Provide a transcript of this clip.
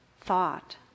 thought